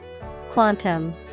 Quantum